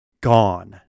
gone